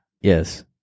yes